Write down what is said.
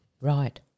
Right